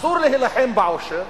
אסור להילחם בעושר,